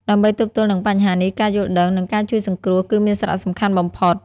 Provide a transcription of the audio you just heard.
ដើម្បីទប់ទល់នឹងបញ្ហានេះ ការយល់ដឹង និងការជួយសង្គ្រោះគឺមានសារៈសំខាន់បំផុត។